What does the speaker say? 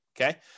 okay